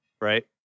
right